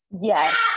Yes